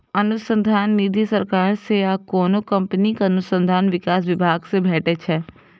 अनुसंधान निधि सरकार सं आ कोनो कंपनीक अनुसंधान विकास विभाग सं भेटै छै